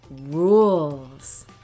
rules